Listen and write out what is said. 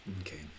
Okay